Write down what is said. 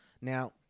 Now